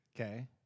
Okay